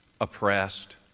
oppressed